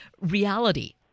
reality